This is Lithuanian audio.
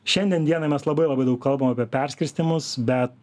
šiandien dienai mes labai labai daug kalbam apie perskirstymus bet